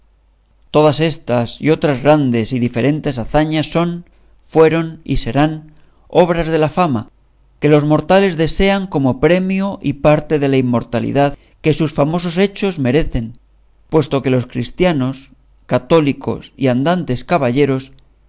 todas estas y otras grandes y diferentes hazañas son fueron y serán obras de la fama que los mortales desean como premios y parte de la inmortalidad que sus famosos hechos merecen puesto que los cristianos católicos y andantes caballeros